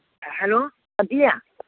ah hello aunty